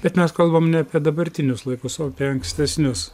bet mes kalbam ne apie dabartinius laikus o apie ankstesnius